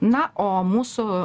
na o mūsų